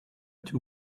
two